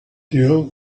deal